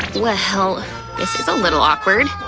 well, this is a little awkward,